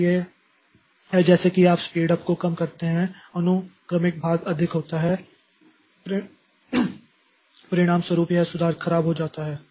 इसलिए ये हैं जैसे कि आप स्पीड उप को कम करते हैं अनुक्रमिक भाग अधिक होता है परिणामस्वरूप यह सुधार खराब हो जाता है